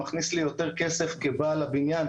מכניס לי יותר כסף כבעל הבניין,